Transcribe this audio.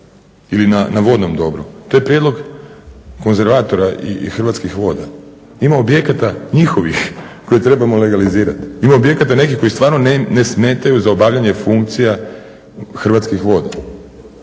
ili na vodnom dobru. To je prijedlog konzervatora i Hrvatskih voda. Ima objekata njihovih koje trebamo legalizirati, ima objekata nekih koji stvarno ne smetaju za obavljanje funkcija Hrvatskih voda